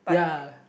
ya